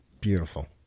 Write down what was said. Beautiful